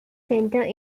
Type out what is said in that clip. centre